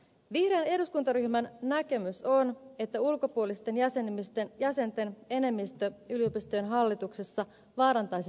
vihreän eduskuntaryhmän näkemys on että ulkopuolisten jäsenten enemmistö yliopistojen hallituksessa vaarantaisi tämän periaatteen